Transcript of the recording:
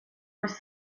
was